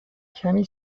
کمی